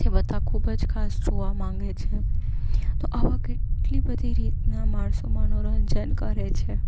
જે બધા ખૂબજ ખાસ જોવા માગે છે તો આવા કેટલી બધી રીતના માણસો મનોરંજન કરે છે